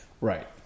Right